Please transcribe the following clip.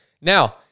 Now